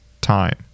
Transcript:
time